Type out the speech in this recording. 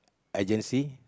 agency